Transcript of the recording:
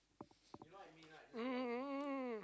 mm mm mm mm mm mm mm